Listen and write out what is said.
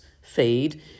feed